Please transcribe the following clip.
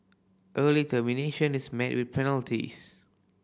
early termination is met with penalties